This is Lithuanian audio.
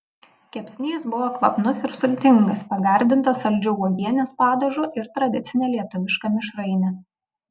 kepsnys buvo kvapnus ir sultingas pagardintas saldžiu uogienės padažu ir tradicine lietuviška mišraine